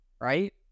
right